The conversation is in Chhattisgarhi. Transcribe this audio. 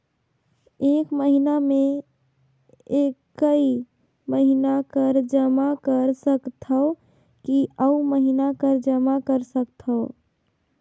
एक महीना मे एकई महीना कर जमा कर सकथव कि अउ महीना कर जमा कर सकथव?